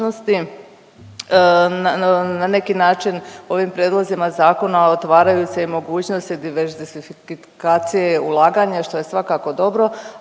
Na neki način ovim prijedlozima zakona otvaraju se i mogućnosti diversifikacije ulaganja što je svakako dobro.